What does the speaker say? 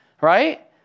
right